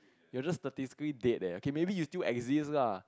you are just statistically dead eh okay maybe you still exist lah